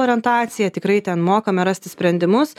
orientacija tikrai ten mokame rasti sprendimus